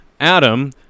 Adam